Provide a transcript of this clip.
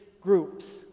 groups